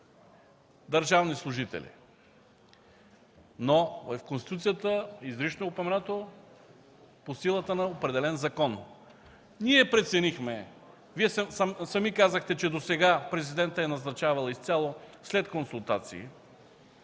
държавни служители. Но в Конституцията изрично е упоменато – по силата на определен закон. Вие сами казахте, че досега Президентът е назначавал изцяло след консултации.